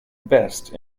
best